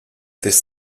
this